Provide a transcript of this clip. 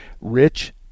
Rich